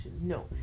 No